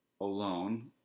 alone